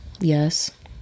Yes